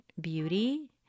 beauty